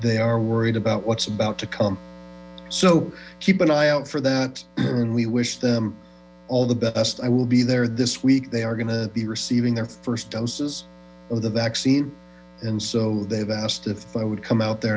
they are worried about what's about to come so keep an eye out for that and we wish them all the best i will be there this week they are going to be receiving their first doses of the vaccine and so they've asked if i would come out there